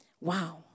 Wow